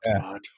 God